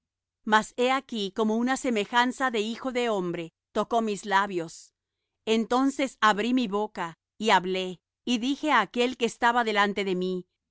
mas he aquí como una semejanza de hijo de hombre tocó mis labios entonces abrí mi boca y hablé y dije á aquel que estaba delante de mí